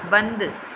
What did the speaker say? बंदि